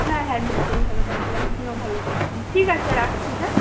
হ্যাঁ হ্যাঁ নিশ্চই ভালো থাকবো আপনিও ভালো থাকবেন ঠিক আছে রাখছি হ্যাঁ